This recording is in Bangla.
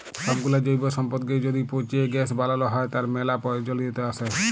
সবগুলা জৈব সম্পদকে য্যদি পচিয়ে গ্যাস বানাল হ্য়, তার ম্যালা প্রয়জলিয়তা আসে